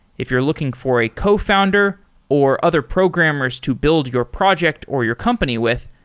if you're looking for a cofounder or other programmers to build your project or your company with,